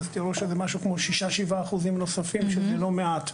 אז תראו שזה משהו כמו 6% 7% נוספים שזה לא מעט.